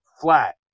flat